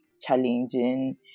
challenging